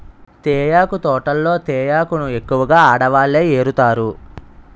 తేయాకు తోటల్లో తేయాకును ఎక్కువగా ఆడవాళ్ళే ఏరుతారు